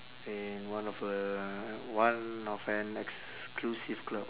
in one of a one of an exclusive club